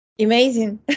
Amazing